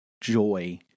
joy